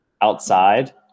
outside